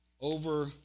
over